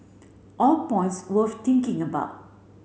all points worth thinking about